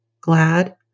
glad